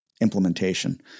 implementation